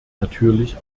natürlich